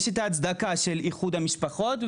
יש את ההצדקה של איחוד המשפחות.